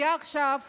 הייתה עכשיו